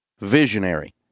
visionary